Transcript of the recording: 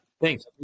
thanks